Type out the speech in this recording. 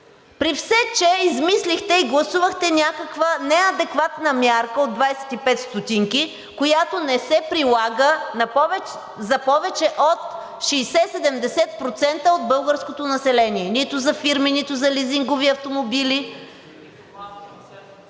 при все че измислихте и гласувахте някаква неадекватна мярка от 25 стотинки, която не се прилага за повече от 60 – 70% от българското население – нито за фирми, нито за лизингови автомобили,